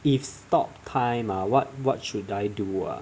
if stop time ah what what should I do uh